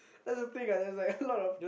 that's the thing ah there's like a lot of